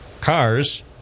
cars